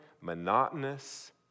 monotonous